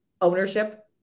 ownership